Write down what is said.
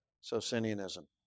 Socinianism